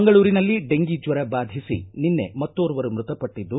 ಮಂಗಳೂರಿನಲ್ಲಿ ಡೆಂಗಿ ಜ್ವರ ಬಾಧಿಸಿ ನಿನ್ನೆ ಮತ್ತೋರ್ವರು ಮೃತ ಪಟ್ಟದ್ದು